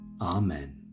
Amen